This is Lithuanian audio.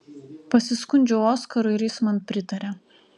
pasiskundžiau oskarui ir jis man pritarė